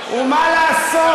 ומה לעשות,